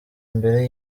imbere